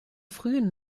frühen